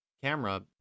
camera